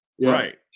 Right